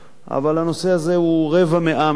אבל הנושא הזה רבע מאה מחכה,